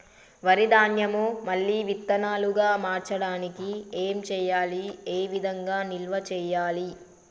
వరి ధాన్యము మళ్ళీ విత్తనాలు గా మార్చడానికి ఏం చేయాలి ఏ విధంగా నిల్వ చేయాలి?